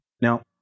Now